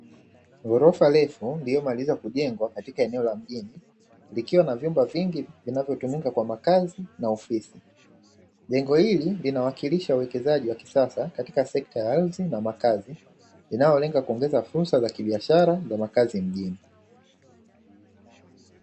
Ghorofa refu lililomaliza kujengwa katika eneo la mjini, likiwa na vyumba vingi vinavyotumika kwa makazi na ofisi, jengo hili linawakilisha uwekezaji wa kisasa katika sekta ya ardhi na makazi inayolenga kuongeza fursa za kibiashara za makazi mjini.